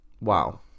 Wow